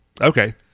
Okay